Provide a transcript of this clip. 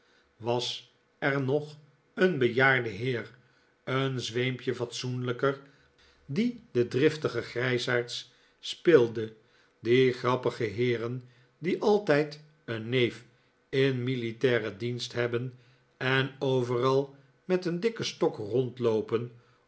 was er nog een bejaarde heer een zweempje fatsoenlijker die de driftige grijsaards speelde die grappige heeren die altijd een neef in militairen dienst hebben en overal met een dikken stok rondloopen